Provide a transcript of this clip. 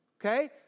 Okay